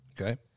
Okay